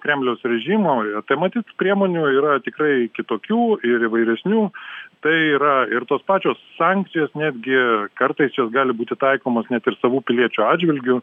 kremliaus režimui tai matyt priemonių yra tikrai kitokių ir įvairesnių tai yra ir tos pačios sankcijos netgi kartais jos gali būti taikomos net ir savų piliečių atžvilgiu